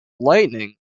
lightning